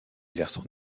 versants